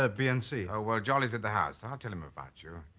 ah bnc. oh well jolly's at the house. i'll tell him about you.